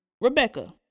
Rebecca